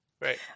Right